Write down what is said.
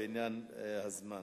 מצב החינוך בישראל,